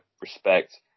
respect